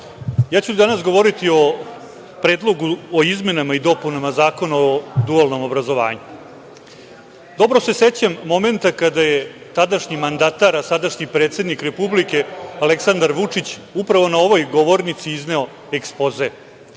ja ću danas govoriti o Predlogu o izmenama i dopunama Zakona o dualnom obrazovanju. Dobro se sećam momenta kada je tadašnji mandatar, a sadašnji predsednik republike, Aleksandar Vučić upravo na ovoj govornici izneo ekspoze.